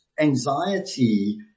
Anxiety